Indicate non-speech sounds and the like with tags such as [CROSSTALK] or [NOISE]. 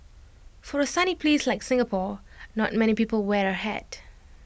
[NOISE] for A sunny place like Singapore not many people wear A hat